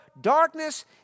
darkness